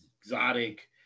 exotic